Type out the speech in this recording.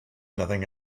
nothing